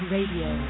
Radio